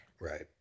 right